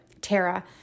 Tara